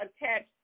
attached